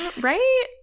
Right